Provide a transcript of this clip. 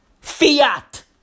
Fiat